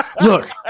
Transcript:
Look